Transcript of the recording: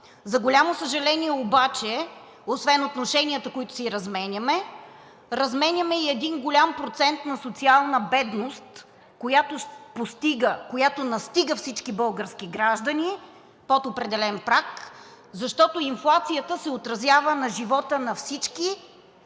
За голямо съжаление обаче, освен отношенията, които си разменяме, разменяме и един голям процент на социална бедност, която настига всички български граждани под определен праг, защото инфлацията се отразява на живота на всички,